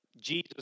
Jesus